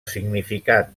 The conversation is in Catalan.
significat